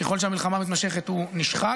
ככל שהמלחמה מתמשכת, הוא נשחק.